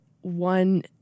one